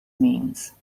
means